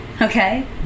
okay